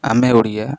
ଆମେ ଓଡ଼ିଆ